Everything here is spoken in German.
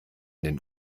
den